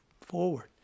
forward